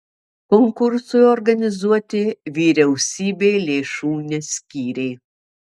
konkursui organizuoti vyriausybė lėšų neskyrė